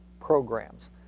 programs